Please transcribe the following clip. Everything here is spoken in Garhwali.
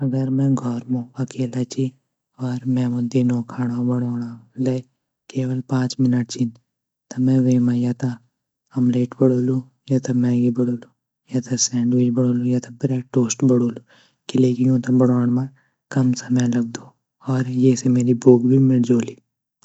अगर में घोर मू अकेला ची और में मू दिनों खाणों बणोंणा ले केवल पाँच मिनट छीन त मे वेमा या त ऑमलेट बणोलू या त मेगी बणोलू या त सैंडविच बणोलू या त ब्रेड टोस्ट बणोलू क़िले की यूँ त बणोण म कम समय लगदू और ये से मेरी भूख भी मिट जोली।